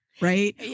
right